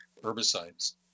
herbicides